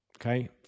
okay